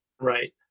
Right